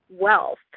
Wealth